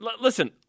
Listen